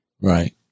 Right